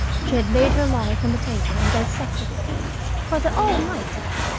she had laid her life on the table and dissected it for the almighty!